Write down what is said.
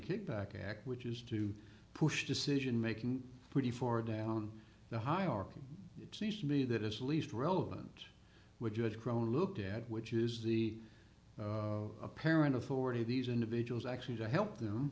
kickback act which is to push decision making pretty far down the hierarchy it seems to me that it's least relevant which you had grown looked at which is the apparent authority of these individuals actually to help them